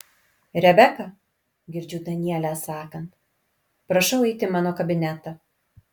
rebeka girdžiu danielę sakant prašau eiti į mano kabinetą